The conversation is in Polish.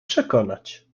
przekonać